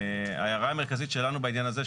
ההערה המרכזית שלנו בעניין הזה,